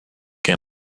que